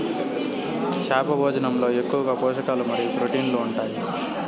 చేప భోజనంలో ఎక్కువగా పోషకాలు మరియు ప్రోటీన్లు ఉంటాయి